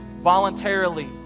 voluntarily